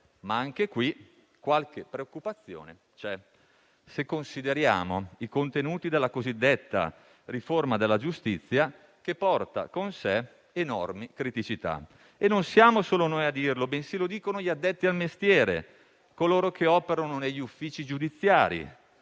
ma anche qui qualche preoccupazione c'è se consideriamo i contenuti della cosiddetta riforma della giustizia che porta con sé enormi criticità. E non siamo solo noi a dirlo, ma lo dicono anche gli addetti al mestiere, coloro che operano negli uffici giudiziari;